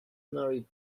married